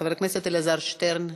חבר הכנסת אלעזר שטרן,